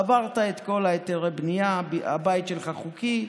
עברת את כל היתרי הבנייה, הבית שלך חוקי,